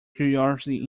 curiosity